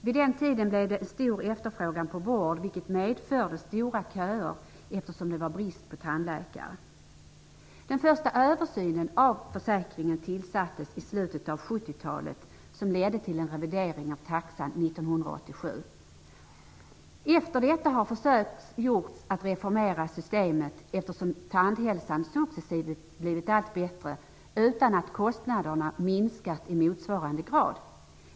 Vid den tiden blev det en stor efterfrågan på vård, vilket medförde långa köer, eftersom det var brist på tandläkare. Den första översynen av försäkringen tillsattes i slutet av 1970-talet och ledde till en revidering av taxan år 1987. Efter detta har försök gjorts att reformera systemet, eftersom tandhälsan successivt blivit allt bättre utan att kostnaderna minskat i motsvarande grad.